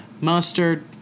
Mustard